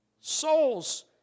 Souls